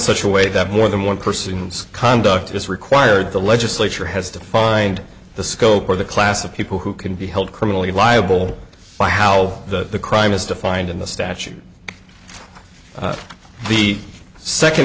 such a way that more than one person's conduct is required the legislature has defined the scope or the class of people who can be held criminally liable for how the crime is defined in the statute the second